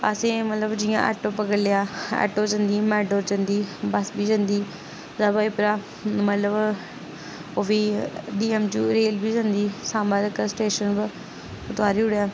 असें मतलब जियां आटो पकड़ी लेआ आटो जंदी मोटाडोर जंदी बस बी जंदी उप्परा मतलब ओह् बी डी एम यू रेल बी जंदी साम्बे तकर स्टेशन पर तुआरी ओड़ेआ